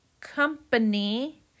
company